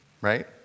right